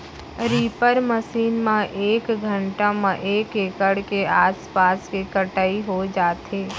reaper machine म एक घंटा म एक एकड़ के आसपास के कटई हो जाथे